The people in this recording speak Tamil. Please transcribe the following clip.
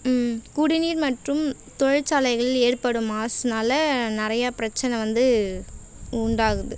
ம் குடிநீர் மற்றும் தொழிற்சாலைகள் ஏற்படும் மாசுனால் நிறையா பிரச்சின வந்து உண்டாகுது